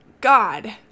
God